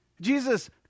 Jesus